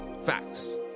Facts